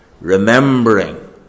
Remembering